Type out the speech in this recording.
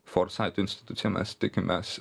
forsait institucija mes tikimės